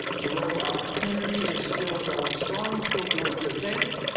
the rover opportunity is still going strong. still doing good things.